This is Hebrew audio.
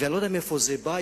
ואני לא יודע מאיפה זה בא.